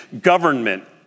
government